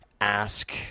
ask